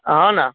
હો ને